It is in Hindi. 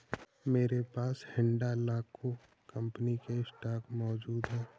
मेरे पास हिंडालको कंपनी के स्टॉक मौजूद है